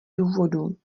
důvodů